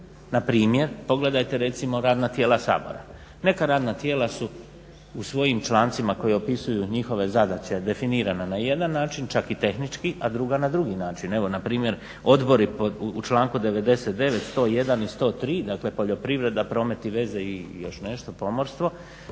Na primjer, pogledajte recimo radna tijela Sabora. Neka radna tijela su u svojim člancima koji opisuju njihove zadaće definirana na jedan način, čak i tehnički, a druga na drugi način. Evo na primjer, odbori u članku 99., 101. i 103. dakle poljoprivreda, promet i veze i još nešto pomorstvo